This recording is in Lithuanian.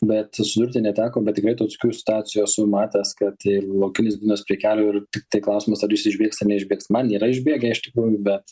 bet susidurti neteko bet tikrai tokių stacijų esu matęs kad ir laukinis gyvūnas prie kelio ir tiktai klausimas ar jis išbėgs ar neišbėgs man nėra išbėgę iš tikrųjų bet